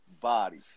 body